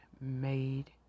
made